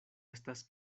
estas